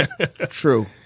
True